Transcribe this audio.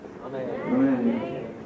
Amen